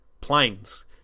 planes